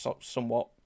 somewhat